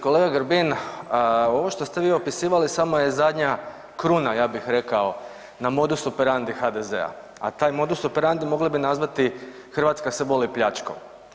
Kolega Grbin, ovo što ste vi opisivali samo je zadnja kruna ja bih rekao na modus operandi HDZ-a, a taj modus operandi mogli bi nazvati Hrvatska se voli pljačkom.